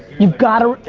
you've gotta,